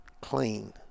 clean